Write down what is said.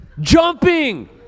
jumping